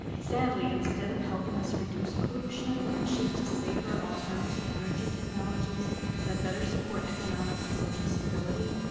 sadly, instead of helping us reduce pollution and shift to safer alternative energy technologies that better support economic and social stability,